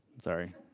Sorry